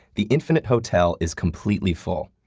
the infinite hotel is completely full,